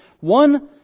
one